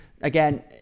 again